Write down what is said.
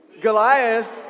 Goliath